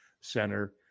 center